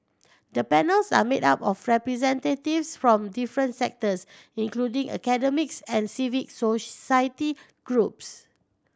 the panels are made up of representatives from different sectors including academics and civic society groups